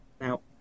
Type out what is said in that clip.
Now